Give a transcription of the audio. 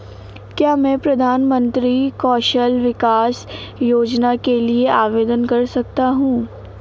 क्या मैं प्रधानमंत्री कौशल विकास योजना के लिए आवेदन कर सकता हूँ?